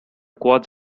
quartz